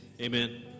amen